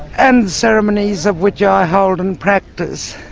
and ceremonies of which i hold and practise,